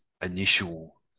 initial